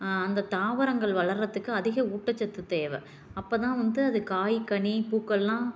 அந்த தாவரங்கள் வளரதுக்கு அதிக ஊட்டச்சத்து தேவை அப்பதான் வந்து அது காய் கனி பூக்கள்லாம்